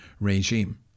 regime